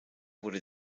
wurde